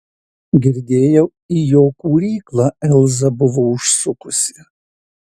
girdėjau į jo kūryklą elza buvo užsukusi